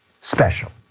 special